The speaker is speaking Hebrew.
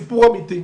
סיפור אמיתי,